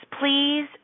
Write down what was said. please